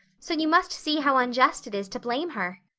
so you must see how unjust it is to blame her.